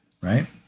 right